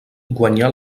guanyà